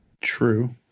True